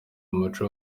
umuco